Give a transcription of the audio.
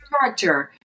character